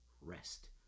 rest